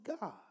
God